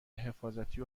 حفاظتی